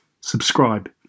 subscribe